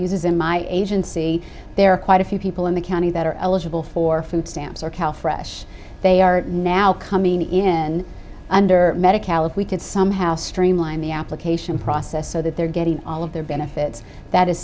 use is in my agency there are quite a few people in the county that are eligible for food stamps or cal fresh they are now coming in under medicare if we can somehow streamline the application process so that they're getting all of their benefits that is